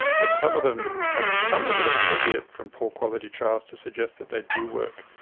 but some of them have some evidence, albeit from poor quality trials, to suggest that they do work.